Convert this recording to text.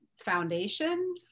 foundation